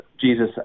Jesus